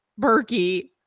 Berkey